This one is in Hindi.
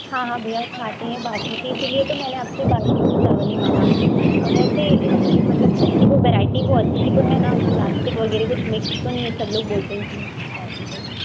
हाँ हाँ भईया खाते है बासमती इसीलिए तो मैंने आपसे बासमती चावल ही माँगा और वैसे इस मतलब खुद की तो वैराइटी वो अच्छी तो है ना प्लास्टिक वगैरह कुछ मिक्स तो नहीं है सब लोग बोलते हैं इसमें प्लास्टिक है